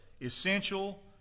essential